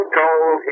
told